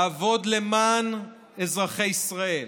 לעבוד למען אזרחי ישראל,